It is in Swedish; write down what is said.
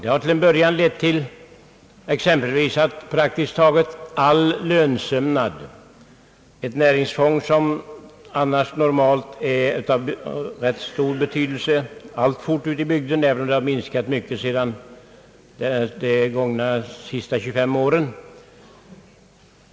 Den har till en början exempelvis lett till att praktiskt taget all lönsömnad har upphört. Denna sömnad är ett näringsfång, som annars normalt är av rätt stor betydelse alltfort ute i bygderna, även om den har minskat mycket under de senaste 25 åren.